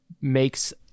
makes